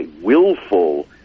willful